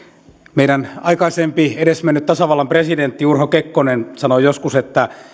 meidän aikaisempi edesmennyt tasavallan presidentti urho kekkonen sanoi joskus että